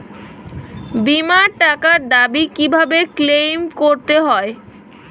বিমার টাকার দাবি কিভাবে ক্লেইম করতে হয়?